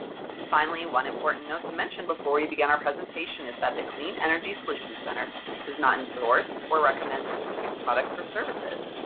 finally, one important note to mention before we begin our presentation is that the clean energy solutions center does not endorse or recommend specific products or services.